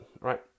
right